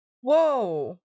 Whoa